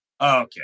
Okay